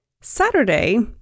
Saturday